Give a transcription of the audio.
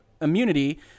immunity